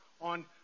on